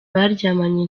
baryamanye